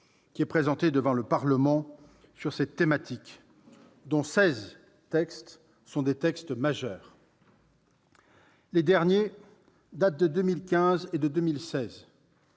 qui est présenté devant le Parlement sur cette thématique, dont seize projets de loi majeurs, les derniers datant de 2015 et de 2016.